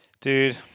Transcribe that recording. Dude